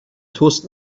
تست